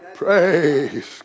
Praise